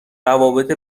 روابط